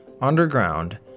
underground